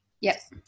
yes